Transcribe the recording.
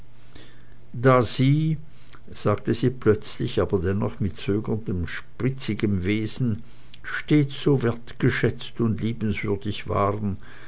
da sie sagte sie plötzlich aber dennoch mit zögerndem spitzigen wesen stets so wertgeschätzt und liebenswürdig waren